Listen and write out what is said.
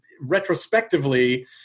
retrospectively